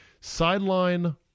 Sideline